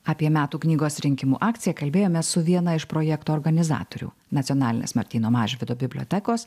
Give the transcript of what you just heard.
apie metų knygos rinkimų akciją kalbėjomės su viena iš projekto organizatorių nacionalinės martyno mažvydo bibliotekos